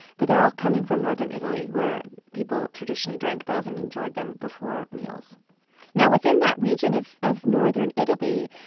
but they're all coming from northern italy, where people traditionally drink those and enjoy them before meals now, within that region of of northern italy,